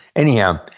anyhow,